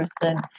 person